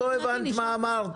הבנתי את מה שאת אמרת.